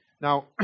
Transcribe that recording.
Now